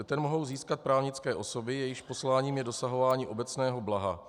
Ten mohou získat právnické osoby, jejichž posláním je dosahování obecného blaha.